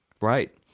right